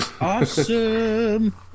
Awesome